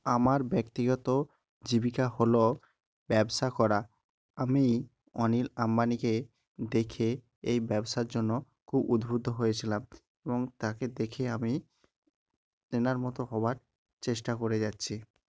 আমার ব্যক্তিগত জীবিকা হলো ব্যবসা করা আমি অনিল আম্বানিকে দেখে এই ব্যবসার জন্য খুব উধবুদ্ধ হয়েছিলাম এবং তাকে দেখে আমি তেনার মতো হওয়ার চেষ্টা করে যাচ্ছি